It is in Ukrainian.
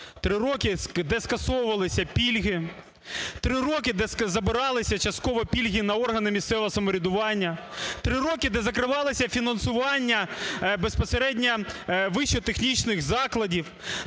Три роки, де скасовувалися пільги. Три роки, де забиралися частково пільги на органи місцевого самоврядування. Три роки, де закривалося фінансування безпосередньо вищих технічних закладів.